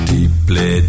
Deeply